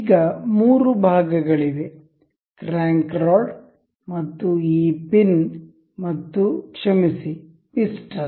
ಈಗ ಮೂರು ಭಾಗಗಳಿವೆ ಕ್ರ್ಯಾಂಕ್ ರಾಡ್ ಮತ್ತು ಈ ಪಿನ್ ಮತ್ತು ಕ್ಷಮಿಸಿ ಪಿಸ್ಟನ್